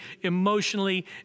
emotionally